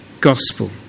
gospel